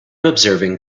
observing